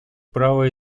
право